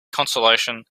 consolation